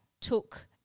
took